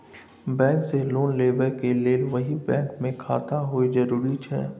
Bank से loan लेबै के लेल वही बैंक मे खाता होय जरुरी छै?